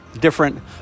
different